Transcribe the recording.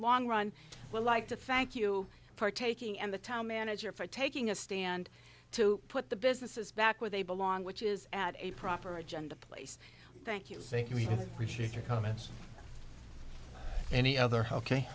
long run will like to thank you for taking and the town manager for taking a stand to put the businesses back where they belong which is at a proper agenda place thank you thank you we appreciate your comments any other ok